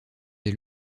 des